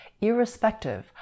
irrespective